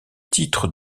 titres